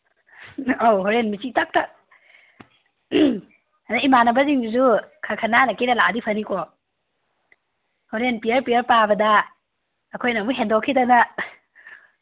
ꯑꯧ ꯍꯣꯔꯦꯟ ꯃꯤꯠꯆꯤ ꯇꯛ ꯇꯛ ꯑꯗꯒꯤ ꯏꯃꯥꯟꯅꯕꯁꯤꯡꯗꯨꯁꯨ ꯈꯔ ꯈꯔ ꯅꯥꯟꯅ ꯀꯦꯔꯒ ꯂꯥꯛꯑꯗꯤ ꯐꯅꯤꯀꯣ ꯍꯣꯔꯦꯟ ꯄꯤꯌꯔ ꯄꯤꯌꯔ ꯄꯥꯕꯗ ꯑꯩꯈꯣꯏꯅ ꯑꯃꯨꯛ ꯍꯦꯟꯗꯣꯛꯈꯤꯗꯅ